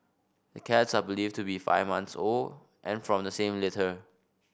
the cats are believed to be five months old and from the same litter